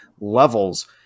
levels